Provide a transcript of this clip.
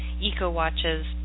eco-watches